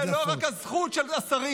זה לא רק הזכות של השרים,